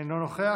אינו נוכח.